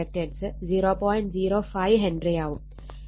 05 ഹെൻറിയാവും